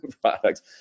products